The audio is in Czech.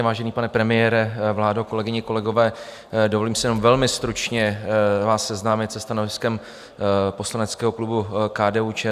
Vážený pane premiére, vládo, kolegyně, kolegové, dovolím si jenom velmi stručně vás seznámit se stanoviskem poslaneckého klubu KDUČSL.